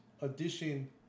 edition